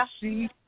see